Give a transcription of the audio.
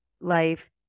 life